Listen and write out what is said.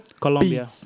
Colombia